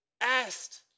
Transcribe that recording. asked